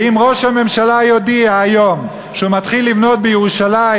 ואם ראש הממשלה יודיע היום שהוא מתחיל לבנות בירושלים